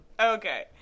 Okay